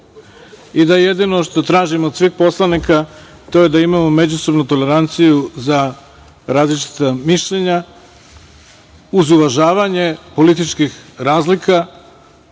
i da jedino što tražim od svih poslanika, to je da imamo međusobnu toleranciju za različita mišljenja, uz uvažavanje političkih razlika,